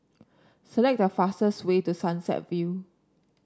select the fastest way to Sunset View